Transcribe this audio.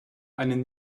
einen